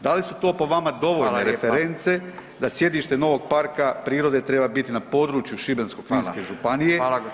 Da li su to po vama dovoljne reference da sjedište novog parka prirode treba biti na području Šibensko-kninske županije?